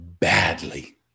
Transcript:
Badly